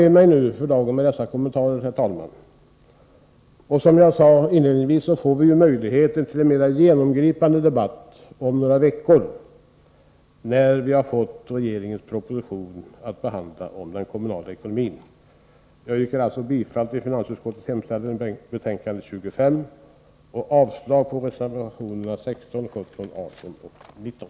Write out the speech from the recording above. För dagen nöjer jag mig med dessa kommentarer. Som jag sade inledningsvis får vi möjlighet till en mer genomgripande debatt om några veckor, när riksdagen skall behandla regeringens proposition om den kommunala ekonomin. Jag yrkar bifall till finansutskottets hemställan i betänkande 25 och avslag på reservationerna 16, 17, 18 och 19.